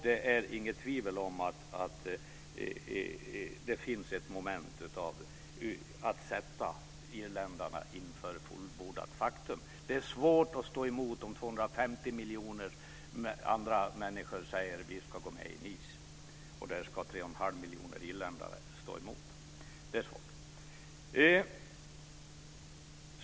Det är inget tvivel om att det finns ett inslag av att sätta irländarna inför ett fullbordat faktum. Det är svårt att stå emot om 250 miljoner andra människor säger att vi ska godkänna Nicefördraget. Det ska 3 1⁄2 miljoner irländare stå mot. Det är svårt.